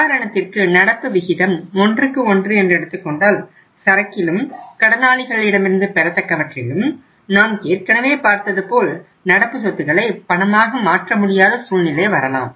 உதாரணத்திற்கு நடப்பு விகிதம் 11 என்று எடுத்துக்கொண்டால் சரக்கிலும் கடனாளிகள் இடமிருந்து பெறத்தக்கவற்றிலும் நாம் ஏற்கனவே பார்த்தது போல் நடப்பு சொத்துக்களை பணமாக மாற்ற முடியாத சூழ்நிலை வரலாம்